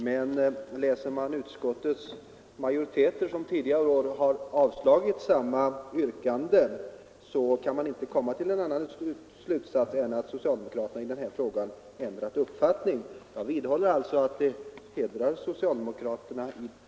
Men tänker man på att utskottets majoritet tidigare år har avstyrkt samma yrkande, så kan man inte komma till annan slutsats än att socialdemokraterna i den här frågan har ändrat uppfattning. Jag vidhåller alltså att denna nya ståndpunkt hedrar socialdemokraterna.